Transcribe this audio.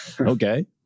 Okay